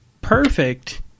Perfect